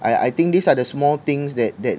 I I think these are the small things that that